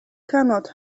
cannot